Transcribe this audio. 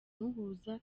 muhuza